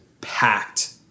packed